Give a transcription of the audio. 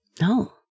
No